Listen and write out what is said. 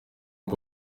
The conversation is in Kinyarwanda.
uko